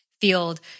field